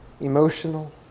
emotional